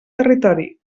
territori